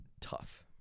tough